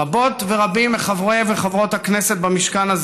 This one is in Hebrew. רבות ורבים מחברי וחברות הכנסת במשכן הזה